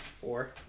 four